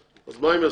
אז מה הם יעשו?